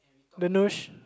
the nurse